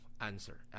answer